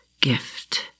gift